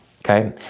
Okay